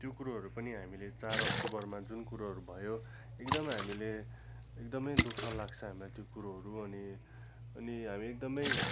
त्यो कुरोहरू पनि हामीले चार अक्टोबरमा जुन कुरोहरू भयो एकदमै हामीले एकदमै दु ख लाग्छ हामीलाई त्यो कुरोहरू अनि अनि हामी एकदमै